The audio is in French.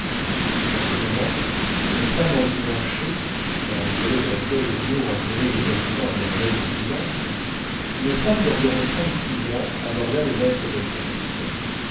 en ce moment une femme endimanchée car les volées de la cloche de nemours appelaient les habitants à la messe du dimanche une femme d'environ trente-six ans aborda le maître de poste